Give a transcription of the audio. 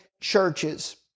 churches